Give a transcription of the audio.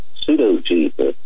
pseudo-Jesus